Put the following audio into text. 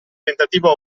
tentativo